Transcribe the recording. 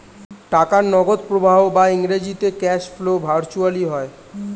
টাকার নগদ প্রবাহ বা ইংরেজিতে ক্যাশ ফ্লো ভার্চুয়ালি হয়